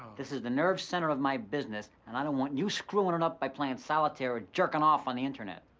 this is the nerve center of my business and i don't want you screwin' it up by playing solitaire or jerkin' off on the internet.